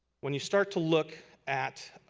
when you start to look at